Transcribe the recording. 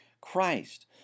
Christ